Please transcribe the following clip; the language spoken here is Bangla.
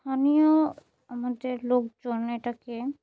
স্থানীয় আমাদের লোকজন এটাকে